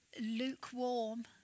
lukewarm